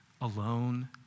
alone